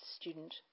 student